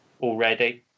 already